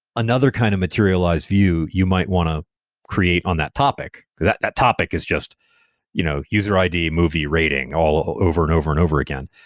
another kind of materialized view you might want to create on that topic that that topic is just you know user id movie rating all ah over and over and over again.